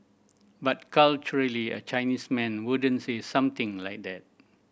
but culturally a Chinese man wouldn't say something like that